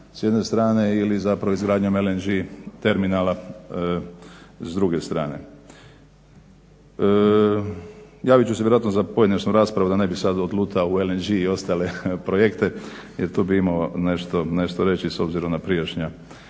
s jedne strane ili zapravo izgradnjom LNG terminala s druge strane. Javit ću se vjerojatno za pojedinačnu raspravu da ne bi sad odlutao u LNG i ostale projekte jer tu bih imao nešto reći s obzirom na prijašnja